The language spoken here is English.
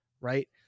right